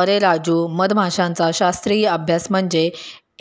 अरे राजू, मधमाशांचा शास्त्रीय अभ्यास म्हणजे